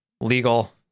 legal